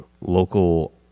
local